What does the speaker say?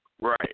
Right